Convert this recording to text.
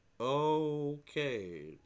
Okay